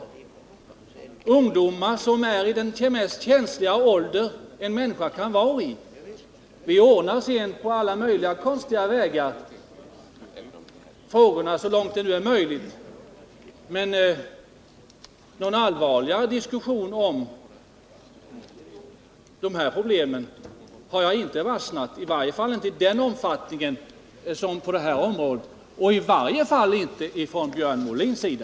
Det är ungdomar som är i den mest känsliga ålder en människa kan vara i. Vi ordnar sedan frågorna på alla möjliga konstiga vägar, så långt det nu går, men någon allvarligare diskussion om det här problemet har jag inte varsnat, i varje fall inte i samma omfattning som på det här området och i varje fall inte från Björn Molins sida.